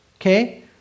okay